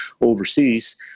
overseas